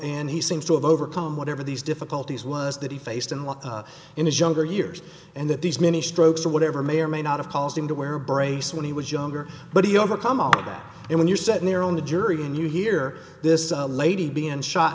and he seems to have overcome whatever these difficulties was that he faced and was in his younger years and that these mini strokes or whatever may or may not have caused him to wear a brace when he was younger but he overcome all about it when you're sitting there on the jury and you hear this lady being shot